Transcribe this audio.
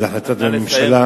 זאת החלטת הממשלה,